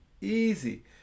easy